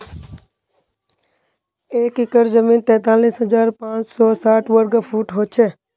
एक एकड़ जमीन तैंतालीस हजार पांच सौ साठ वर्ग फुट हो छे